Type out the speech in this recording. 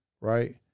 right